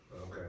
Okay